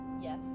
Yes